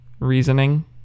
reasoning